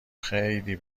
خیلی